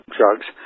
drugs